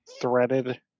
threaded